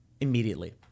immediately